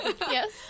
Yes